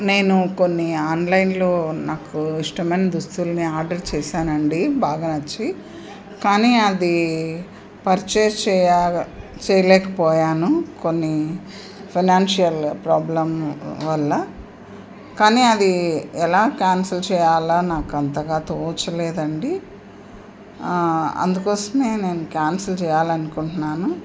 నేను కొన్ని ఆన్లైన్లో నాకు ఇష్టమైన దుస్తుల్ని ఆర్డర్ చేశానండి బాగా నచ్చి కానీ అది పర్చేజ్ చేయ చేయలేకపోయాను కొన్ని ఫైనాన్షియల్ ప్రాబ్లం వల్ల కానీ అది ఎలా క్యాన్సిల్ చేయాలా నాకు అంతగా తోచలేదండి అందుకోసమే నేను క్యాన్సిల్ చేయాలనుకుంటున్నాను